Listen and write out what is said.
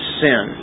sin